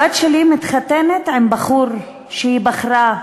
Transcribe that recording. הבת שלי מתחתנת עם בחור שהיא בחרה,